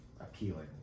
Appealing